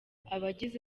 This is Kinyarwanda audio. abagize